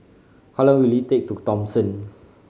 how long will it take to Thomson